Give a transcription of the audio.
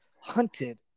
hunted